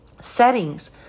settings